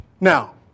now